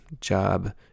job